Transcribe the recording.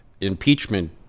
impeachment